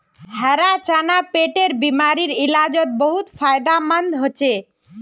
हरा चना पेटेर बिमारीर इलाजोत बहुत फायदामंद होचे